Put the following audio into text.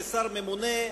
כשר הממונה,